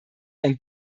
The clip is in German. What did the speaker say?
ein